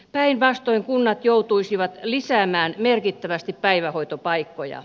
päinvastoin kunnat joutuisivat lisäämään merkittävästi päivähoitopaikkoja